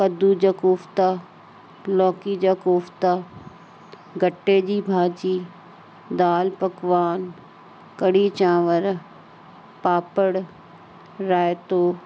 कद्दू जा कोफ़्ता लौकी जा कोफ़्ता गट्टे जी भाॼी दाल पकवान कढ़ी चांवर पापड़ रायतो